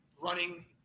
running